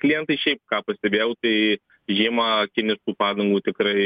klientai šiaip ką pastebėjau tai žiemą kiniškų padangų tikrai